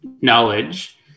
knowledge